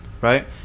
Right